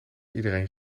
iedereen